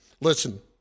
Listen